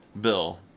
Bill